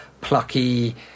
plucky